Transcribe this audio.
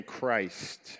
Christ